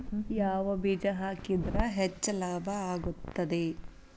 ಯಾವ ಬೇಜ ಹಾಕಿದ್ರ ಹೆಚ್ಚ ಲಾಭ ಆಗುತ್ತದೆ?